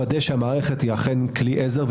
לוודא שהמערכת אכן כלי עזר.